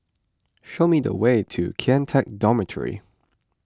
show me the way to Kian Teck Dormitory